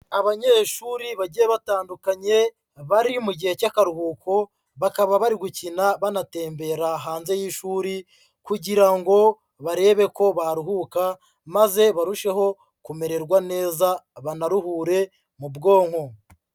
Abanyeshuri bagiye batandukanye bari mu gihe cy'akaruhuko, bakaba bari gukina banatembera hanze y'ishuri kugira ngo barebe ko baruhuka maze barusheho kumererwa neza, banaruhure mu bwonko.